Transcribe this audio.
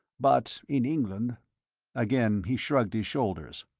but in england again he shrugged his shoulders.